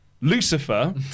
Lucifer